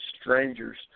strangers